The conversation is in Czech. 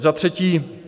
Za třetí.